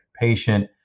patient